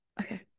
okay